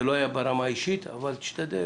זה לא היה ברמה האישית, אבל תשדל